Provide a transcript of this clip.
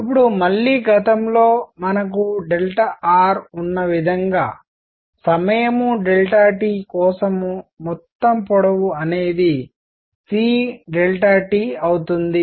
ఇప్పుడు మళ్ళీ గతంలో మనకు rఉన్న విధంగా సమయం t కోసం మొత్తం పొడవు అనేది c t అవుతుంది